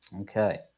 Okay